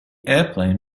airplane